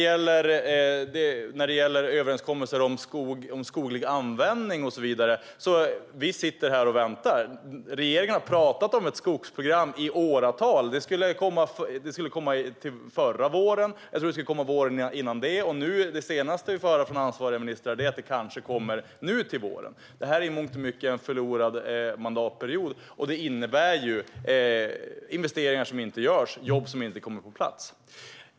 När det gäller överenskommelser om skoglig användning och så vidare sitter vi här och väntar. Regeringen har pratat om ett skogsprogram i åratal. Det skulle komma förra våren och våren dessförinnan, tror jag. Det senaste vi får höra från ansvariga ministrar är att det kanske kommer nu till våren. Detta är i mångt och mycket en förlorad mandatperiod, och det innebär att investeringar inte görs och jobb inte kommer på plats.